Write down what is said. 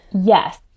Yes